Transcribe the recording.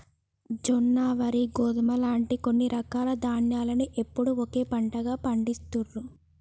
జొన్న, వరి, గోధుమ లాంటి కొన్ని రకాల ధాన్యాలను ఎప్పుడూ ఒకే పంటగా పండిస్తాండ్రు